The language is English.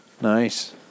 Nice